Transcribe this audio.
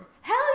Hell